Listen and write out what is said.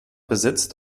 besitzt